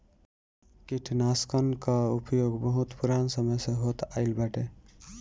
कीटनाशकन कअ उपयोग बहुत पुरान समय से होत आइल बाटे